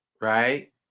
Right